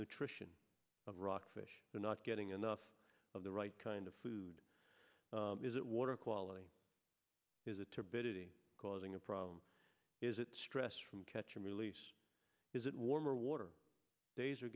nutrition of rock fish they're not getting enough of the right kind of food is it water quality is it to bitty causing a problem is it stress from catch and release is it warmer water days are